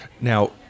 Now